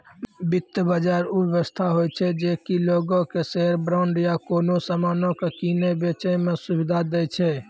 वित्त बजार उ व्यवस्था होय छै जे कि लोगो के शेयर, बांड या कोनो समानो के किनै बेचै मे सुविधा दै छै